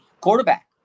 Quarterback